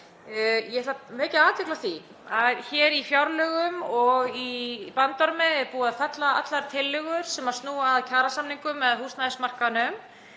Ég ætla að vekja athygli á því að hér í fjárlögum og í bandormi er búið að fella allar tillögur sem snúa að kjarasamningum eða húsnæðismarkaðnum.